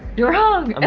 you're wrong.